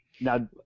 now